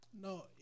No